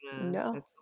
no